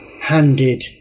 handed